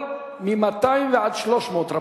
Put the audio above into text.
רבותי,